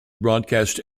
broadcast